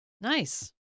Nice